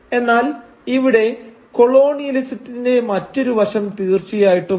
എന്നാൽ ഇവിടെ കൊളോണിയലിസത്തിന്റെ മറ്റൊരു വശം തീർച്ചയായിട്ടും ഉണ്ട്